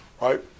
right